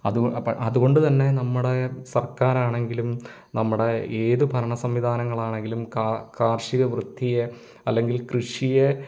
അതുകൊണ്ട് അപ്പം അതുകൊണ്ടു തന്നെ നമ്മുടെ സർക്കാരാണെങ്കിലും നമ്മുടെ ഏതു ഭരണസംവിധാനങ്ങളാണെങ്കിലും കാർഷികവൃത്തിയെ അല്ലെങ്കിൽ കൃഷിയെ